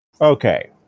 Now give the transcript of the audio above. Okay